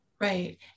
right